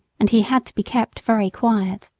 and he had to be kept very quiet.